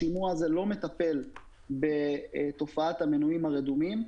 השימוע הזה לא מטפל בתופעת המנויים הרדומים.